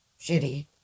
shitty